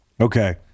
okay